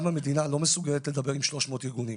גם המדינה לא מסוגלת לדבר עם 300 ארגונים.